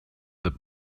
the